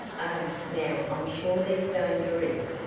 oh, now i'm sure there's danger in it!